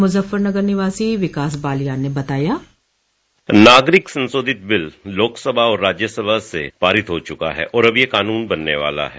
मुजफ्फरनगर निवासी विकास बालियान ने बताया नागरिक संशोधन विधेयक लोकसभा और राज्यसभा से पारित हो चुका है और अब ये कानून बनने वाला है